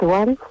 one